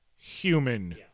human